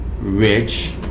rich